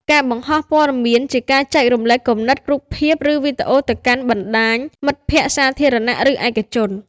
ការបង្ហោះព័ត៌មាន ជាការចែករំលែកគំនិត រូបភាព ឬវីដេអូទៅកាន់បណ្ដាញមិត្តភក្ដិសាធារណៈ ឬឯកជន។